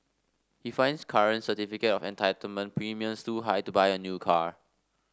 he finds current certificate of entitlement premiums too high to buy a new car